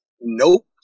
Nope